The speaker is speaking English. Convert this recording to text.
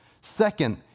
Second